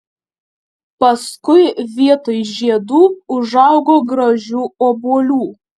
paskui vietoj žiedų užaugo gražių obuolių